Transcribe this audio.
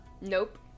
Nope